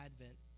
Advent